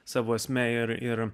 savo esme ir ir